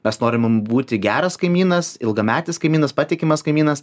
mes norim būti geras kaimynas ilgametis kaimynas patikimas kaimynas